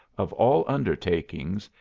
of all undertakings,